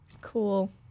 Cool